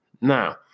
Now